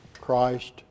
Christ